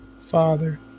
Father